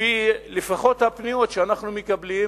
לפי הפניות שאנחנו מקבלים,